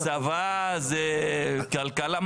צבא, כלכלה?